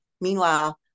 Meanwhile